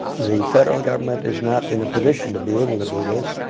the federal government is not in a position to be able to do this.